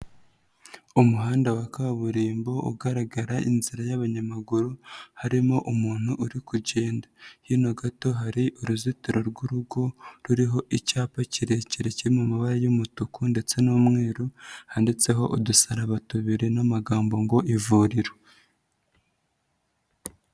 Umuhanda wa kaburimbo ugaragara inzira y'abanyamaguru, harimo umuntu uri kugenda. Hino gato hari uruzitiro rw'urugo ruriho icyapa kirekire kiri mu mabara y'umutuku ndetse n'umweru, handitseho udusaraba tubiri n'amagambo ngo ivuriro.